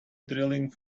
drilling